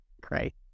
Great